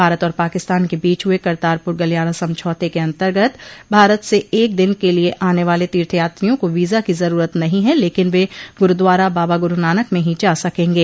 भारत और पाकिस्तान के बीच हुए करतारपुर गलियारा समझौते के अंतर्गत भारत से एक दिन के लिए आने वाले तीर्थ यात्रियों को वीजा की ज़रूरत नहीं है लेकिन वे गुरुद्वारा बाबा गुरुनानक में ही जा सकेंगे